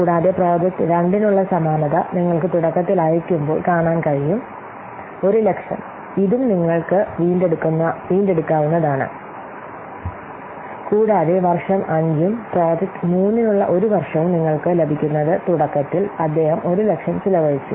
കൂടാതെ പ്രോജക്റ്റ് 2 നുള്ള സമാനത നിങ്ങൾക്ക് തുടക്കത്തിൽ അയയ്ക്കുമ്പോൾ കാണാൻ കഴിയും 100000 ഇതും നിങ്ങൾ വീണ്ടെടുക്കുന്നുവെന്നതാണ് കൂടാതെ വർഷം 5 ഉം പ്രോജക്റ്റ് 3 നുള്ള ഒരു വർഷവും നിങ്ങൾക്ക് ലഭിക്കുന്നത് തുടക്കത്തിൽ അദ്ദേഹം 100000 ചെലവഴിച്ചു